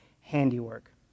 handiwork